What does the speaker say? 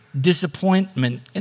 disappointment